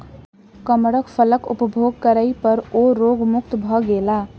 कमरख फलक उपभोग करै पर ओ रोग मुक्त भ गेला